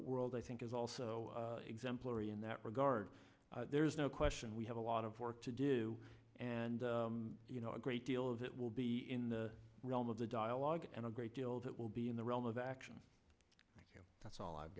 world i think is also exemplary in that regard there's no question we have a lot of work to do and you know a great deal of it will be in the realm of the dialogue and a great deal that will be in the realm of action that's all i've